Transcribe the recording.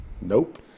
Nope